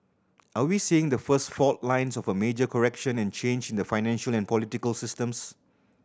are we seeing the first fault lines of a major correction and change in the financial and political systems